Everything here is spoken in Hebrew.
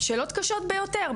שאלות קשות ביותר,